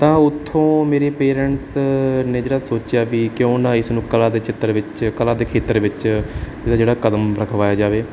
ਤਾਂ ਉੱਥੋਂ ਮੇਰੇ ਪੇਰੈਂਟਸ ਨੇ ਜਿਹੜਾ ਸੋਚਿਆ ਵੀ ਕਿਉਂ ਨਾ ਇਸ ਨੂੰ ਕਲਾ ਦੇ ਚਿੱਤਰ ਵਿੱਚ ਕਲਾ ਦੇ ਖੇਤਰ ਵਿੱਚ ਇਹਦਾ ਜਿਹੜਾ ਕਦਮ ਰਖਵਾਇਆ ਜਾਵੇ